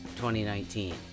2019